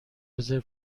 رزرو